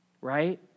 Right